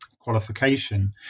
qualification